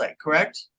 correct